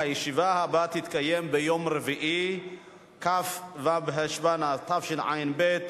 הצעת חוק שירותי תעופה (פיצוי וסיוע בשל ביטול טיסה או שינוי בתנאיה),